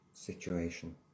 situation